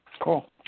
Cool